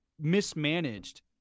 mismanaged